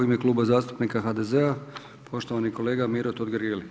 U ime Kluba zastupnika HDZ-a poštovani kolega Miro Totgergeli.